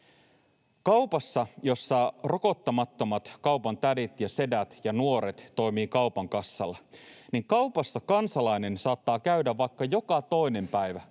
Kaupassa, jossa rokottamattomat kaupantädit ja ‑sedät ja ‑nuoret toimivat kaupan kassalla, kansalainen saattaa käydä vaikka joka toinen päivä,